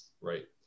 right